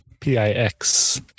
p-i-x